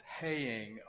paying